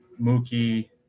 Mookie